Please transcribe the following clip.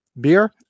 beer